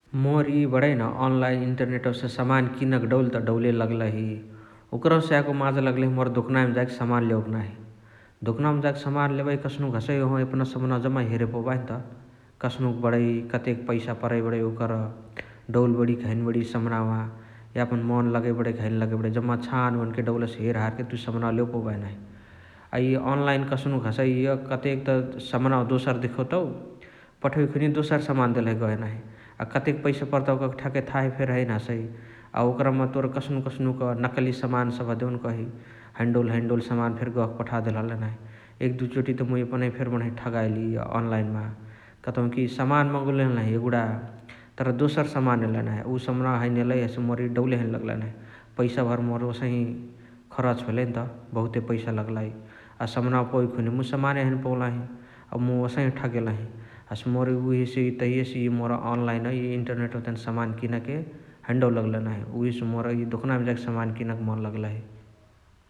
मोर इअ बणइन अनलाईन इन्टर्नेटवसे सामान किनके डौल त डौले लगलही । ओकरहुसे याको माजा लगलही दोकनवमा जाके सामान लेवेके नाही । दोकनवमा जाके सामान लेबही कस्नुक हसइ ओहवा एपना जम्मा समनावा हेरे पौबाहिनत । कस्नुक बणइ कतेक पैसा परइ बणइ ओकर । डौल बणियकी हैन बणिय समनावा यापन मन लगइ बणइकी हैन लगइ बणइ जम्मा छान ओनके डौलसे हेरहारके तुइ समनावा लेवे पौबाही नाही । अ इअ अनलाईन कस्नुक हसइ इअ कतेक त समनावा दोसर देखोतउ पठोइ खुनिया दोसर देलही गही नाही । अ कतेक पैसा पर्ताउ कहाँके ठ्याकै थाहे फेरी हैने हसइ । अ ओकरमा तोर कस्नुक कस्नुक नकाली सामान सबह देउनकही हैन डहुल हैन डहुल सामान फेरी गहके पठदेलही नाही । एकचोटी त मुइ एपनही फेरी बणही ठगाइली इअ अनलाईनमा । कतौकी सामान मगोले हलही एगुणा तर दोसर समान एलइ नाही । उ समान्आवा हैने एलइ मोर डौले हैने लगलाइ नाही । पैसा भरी मोर ओसही खरच भेलइनत बहुते पैसा लगलाई । अ समान्आव पवइ खुनिय मुइ समाने हैने पौलाही अ मुइ ओसही ठगेलही । हसे मोर उहेसे तहियासे मोर अनलाईन इन्टर्नेटवतेने समान किनके हैन डौल लगलही नाही । उहेसे इअ मोर दोकनावमा समान किनके मन लगलही ।